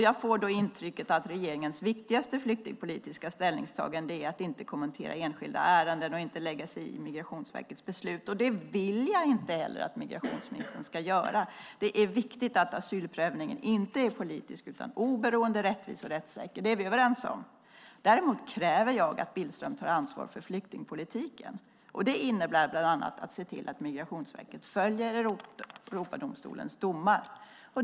Jag får intrycket att regeringens viktigaste flyktingpolitiska ställningstagande är att inte kommentera enskilda ärenden och inte lägga sig i Migrationsverkets beslut. Det vill jag inte heller att migrationsministern ska göra. Det är viktigt att asylprövningen inte är politisk utan oberoende, rättvis och rättssäker. Det är vi överens om. Däremot kräver jag att Billström tar ansvar för flyktingpolitiken. Det innebär bland annat att se till att Migrationsverket följer Europadomstolens domar.